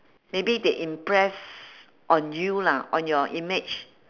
maybe they impress on you lah on your image